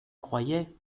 croyais